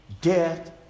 death